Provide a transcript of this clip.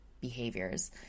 behaviors